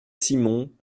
simon